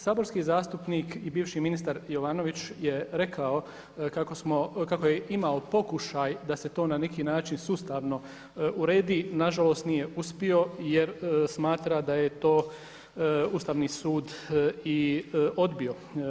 Saborski zastupnik i bivši ministar Jovanović je rekao kako je imao pokušaj da se to na neki način sustavno uredi na žalost nije uspio jer smatra da je to Ustavni sud i odbio.